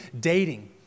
dating